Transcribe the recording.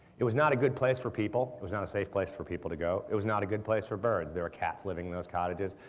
it was not a good place for people it was not a safe place for people to go it was not a good place for birds. there were cats living in those cottages,